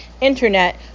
internet